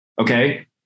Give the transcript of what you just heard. okay